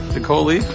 Nicole